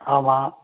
ஆமாம்